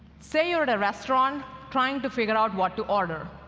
say you're at a restaurant trying to figure out what to order.